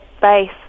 base